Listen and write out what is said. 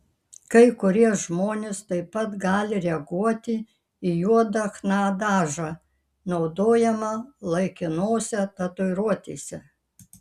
kai kurie žmonės taip pat gali reaguoti į juodą chna dažą naudojamą laikinose tatuiruotėse